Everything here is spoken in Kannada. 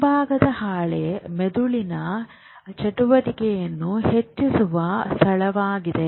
ಮುಂಭಾಗದ ಹಾಲೆ ಮೆದುಳಿನ ಚಟುವಟಿಕೆಯನ್ನು ಹೆಚ್ಚಿಸುವ ಸ್ಥಳವಾಗಿದೆ